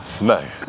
no